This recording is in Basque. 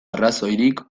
arrazoirik